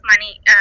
money